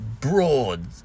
broad